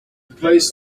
placed